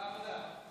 העבודה.